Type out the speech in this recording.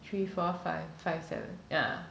three four five five seven yeah